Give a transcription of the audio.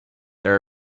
there